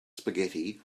spaghetti